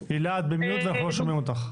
הילה, את ב-mute ואנחנו לא שומעים אותך.